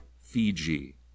Fiji